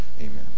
Amen